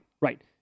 right